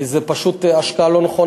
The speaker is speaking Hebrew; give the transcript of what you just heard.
כי זה פשוט השקעה לא נכונה.